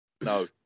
No